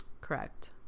Correct